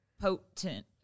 potent